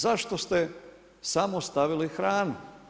Zašto ste samo stavili hranu?